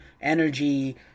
energy